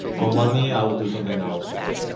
for money i will do something else, but.